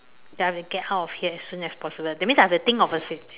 that I have to get out of here as soon as possible that means I have to think of a situa~